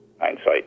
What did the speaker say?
hindsight